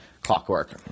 clockwork